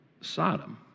Sodom